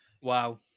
Wow